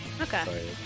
Okay